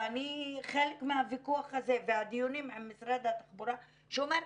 ואני חלק מהוויכוח הזה בדיונים עם משרד התחבורה שאומר,